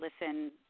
listen